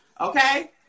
okay